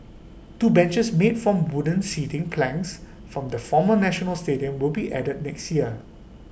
two benches made from the wooden seating planks from the former national stadium will be added next year